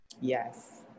yes